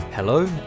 Hello